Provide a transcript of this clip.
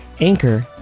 Anchor